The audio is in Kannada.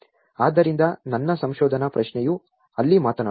ಆದ್ದರಿಂದ ನನ್ನ ಸಂಶೋಧನಾ ಪ್ರಶ್ನೆಯು ಅಲ್ಲಿ ಮಾತನಾಡುತ್ತದೆ